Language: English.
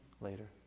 later